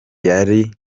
yari